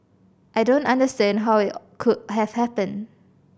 I don't understand how it could have happened